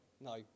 No